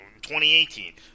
2018